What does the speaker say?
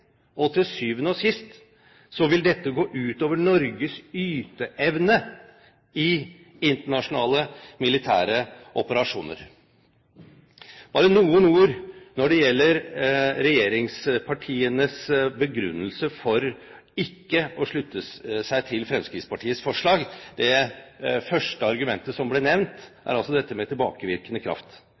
og til syvende og sist vil dette gå ut over Norges yteevne i internasjonale militære operasjoner. Bare noen ord når det gjelder regjeringspartienes begrunnelse for ikke å slutte seg til Fremskrittspartiets forslag. Det første argumentet som ble nevnt, er dette med tilbakevirkende kraft. Men dette har ingenting med tilbakevirkende kraft